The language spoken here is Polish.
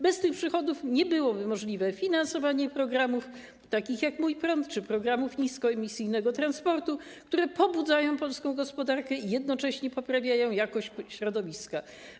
Bez tych przychodów nie byłoby możliwe finansowanie programów takich jak „Mój prąd” czy programów niskoemisyjnego transportu, które pobudzają polską gospodarkę i jednocześnie poprawiają jakość środowiska.